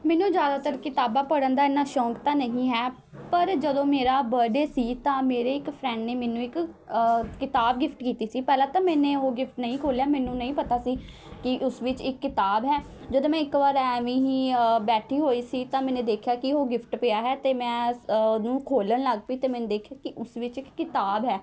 ਮੈਨੂੰ ਜ਼ਿਆਦਾਤਰ ਕਿਤਾਬਾਂ ਪੜ੍ਹਨ ਦਾ ਇੰਨਾ ਸ਼ੌਕ ਤਾਂ ਨਹੀਂ ਹੈ ਪਰ ਜਦੋਂ ਮੇਰਾ ਬਰਡੇ ਸੀ ਤਾਂ ਮੇਰੇ ਇੱਕ ਫਰੈਂਡ ਨੇ ਮੈਨੂੰ ਇੱਕ ਕਿਤਾਬ ਗਿਫ਼ਟ ਕੀਤੀ ਸੀ ਪਹਿਲਾਂ ਤਾਂ ਮੈਨੇ ਉਹ ਗਿਫ਼ਟ ਨਹੀਂ ਖੋਲ੍ਹਿਆ ਮੈਨੂੰ ਨਹੀਂ ਪਤਾ ਸੀ ਕਿ ਉਸ ਵਿੱਚ ਇੱਕ ਕਿਤਾਬ ਹੈ ਜਦੋਂ ਮੈਂ ਇੱਕ ਵਾਰ ਐਵੇਂ ਹੀ ਬੈਠੀ ਹੋਈ ਸੀ ਤਾਂ ਮੈਨੇ ਦੇਖਿਆ ਕਿ ਉਹ ਗਿਫ਼ਟ ਪਿਆ ਹੈ ਅਤੇ ਮੈਂ ਉਹਨੂੰ ਖੋਲ੍ਹਣ ਲੱਗ ਪਈ ਅਤੇ ਮੈਨੇ ਦੇਖਿਆ ਕਿ ਉਸ ਵਿੱਚ ਇੱਕ ਕਿਤਾਬ ਹੈ